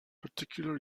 particular